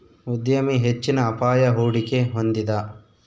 ಉದ್ಯಮಿ ಹೆಚ್ಚಿನ ಅಪಾಯ, ಹೂಡಿಕೆ ಹೊಂದಿದ